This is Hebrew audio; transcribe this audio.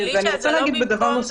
זה לא במקום.